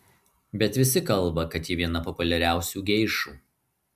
bet visi kalba kad ji viena populiariausių geišų